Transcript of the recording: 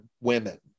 women